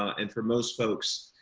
and for most folks.